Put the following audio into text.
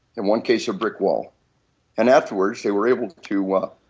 in one case a brick wall and afterwards they were able to ah